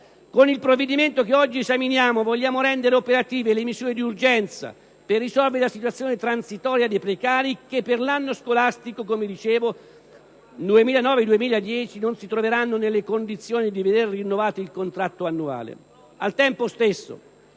Con il provvedimento che oggi esaminiamo vogliamo rendere operative le immissioni di urgenza, per risolvere la situazione transitoria dei precari che per l'anno scolastico 2009-2010, come dicevo, non si troveranno nelle condizioni di veder rinnovato il loro contratto annuale.